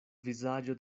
vizaĝo